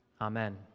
amen